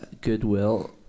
Goodwill